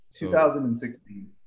2016